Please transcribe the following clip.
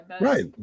Right